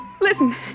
Listen